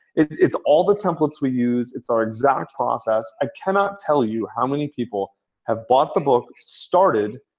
it's all the templates we use. it's our exact process. i cannot tell you how many people have bought the book, started,